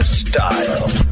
style